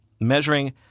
measuring